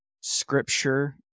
scripture